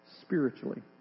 spiritually